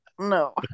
No